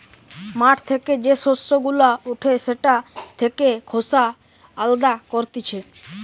মাঠ থেকে যে শস্য গুলা উঠে সেটা থেকে খোসা আলদা করতিছে